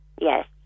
Yes